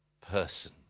person